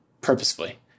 purposefully